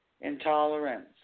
Intolerance